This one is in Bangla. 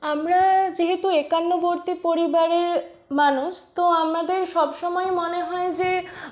আমরা যেহেতু একান্নবর্তী পরিবারের মানুষ তো আমাদের সব সময় মনে হয় যে